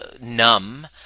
numb